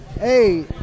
Hey